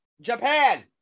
Japan